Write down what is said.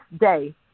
day